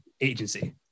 agency